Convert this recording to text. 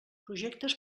projectes